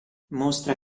mostra